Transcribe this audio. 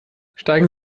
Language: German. steigen